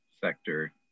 sector